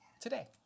today